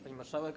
Pani Marszałek!